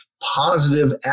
positive